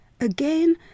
Again